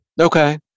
Okay